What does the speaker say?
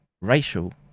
racial